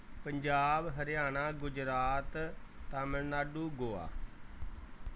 Punjab Haryana Gujarat Tamil Nadu Goa